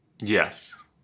yes